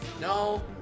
No